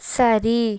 சரி